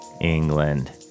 England